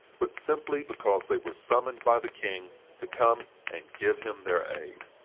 but simply because they were summoned by the king to come and give him their aid.